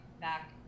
back